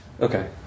Okay